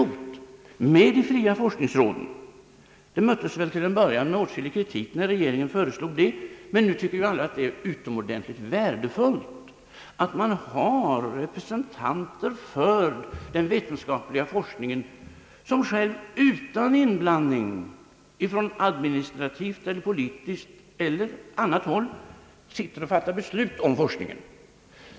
När regeringen föreslog detta, möttes det väl till en början med åtskillig kritik, men nu tycker alla att det är utomordentligt värdefullt att representanter för den vetenskapliga forskningen, utan inblandning från administrativt, politiskt eller annat håll, kan fatta beslut om forskningen.